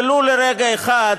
ולו לרגע אחד,